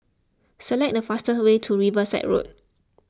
select the fastest way to Riverside Road